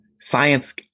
science